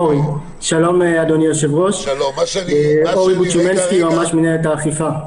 אורי בוצמסקי, יועמ"ש מינהלת האכיפה.